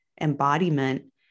embodiment